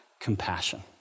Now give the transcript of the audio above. compassion